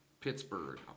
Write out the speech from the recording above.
Pittsburgh